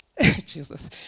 Jesus